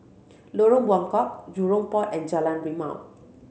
Lorong Buangkok Jurong Port and Jalan Rimau